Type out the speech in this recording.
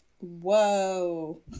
whoa